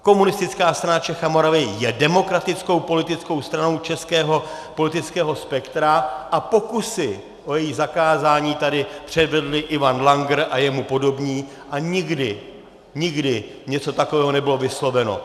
Komunistická strana Čech a Moravy je demokratickou politickou stranou českého politického spektra a pokusy o její zakázání tady předvedli Ivan Langer a jemu podobní a nikdy, nikdy něco takového nebylo vysloveno.